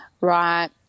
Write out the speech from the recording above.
right